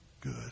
good